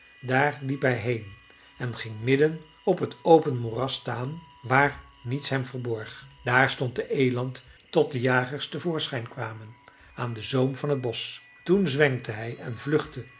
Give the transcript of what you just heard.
daar liep hij heen en ging midden op het open moeras staan waar niets hem verborg daar stond de eland tot de jagers te voorschijn kwamen aan den zoom van t bosch toen zwenkte hij en vluchtte